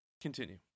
Continue